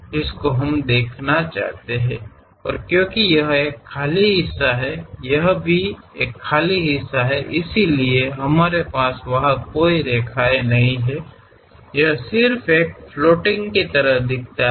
ಮತ್ತು ಇದು ಟೊಳ್ಳಾದ ಭಾಗವಾದ್ದರಿಂದ ಇದು ಟೊಳ್ಳಾದ ಭಾಗವೂ ಆಗಿದೆ ಆದ್ದರಿಂದ ನಮಗೆ ಅಲ್ಲಿ ಯಾವುದೇ ಸಾಲುಗಳಿಲ್ಲ ಅದು ತೇಲುವಂತೆ ಕಾಣುತ್ತದೆ